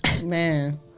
Man